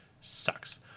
sucks